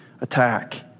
attack